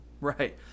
Right